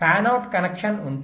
fan out connection ఉంటే